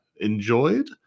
enjoyed